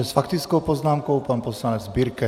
S faktickou poznámkou pan poslanec Birke.